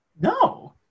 No